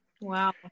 Wow